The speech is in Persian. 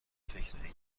فکرایی